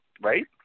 right